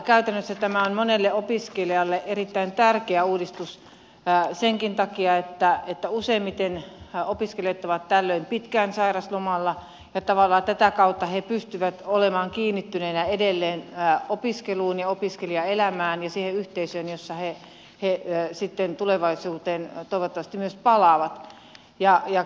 käytännössä tämä on monelle opiskelijalle erittäin tärkeä uudistus senkin takia että useimmiten opiskelijat ovat tällöin pitkään sairauslomalla ja tavallaan tätä kautta he pystyvät olemaan kiinnittyneinä edelleen opiskeluun ja opiskelijaelämään ja siihen yhteisöön johon he sitten tulevaisuudessa toivottavasti myös palaavat